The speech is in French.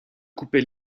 coupait